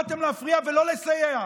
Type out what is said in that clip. באתם להפריע ולא לסייע.